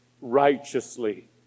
righteously